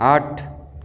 आठ